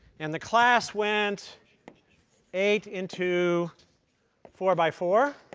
and the class went eight into four by four,